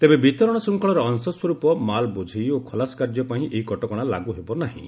ତେବେ ବିତରଣ ଶୃଙ୍ଖଳର ଅଂଶସ୍ୱର୍ପ ମାଲ୍ ବୋଝେଇ ଓ ଖଲାସ କାର୍ଯ୍ୟ ପାଇଁ ଏହି କଟକଣା ଲାଗୁ ହେବ ନାହିଁ